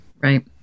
Right